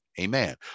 amen